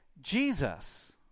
Jesus